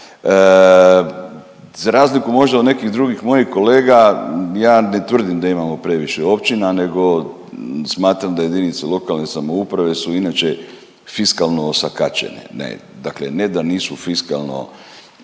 za razliku možda od nekih drugih mojih kolega ja ne tvrdim da imamo previše općina nego smatram da jedinice lokalne samouprave su inače fiskalno osakaćene. Dakle, ne da nisu fiskalno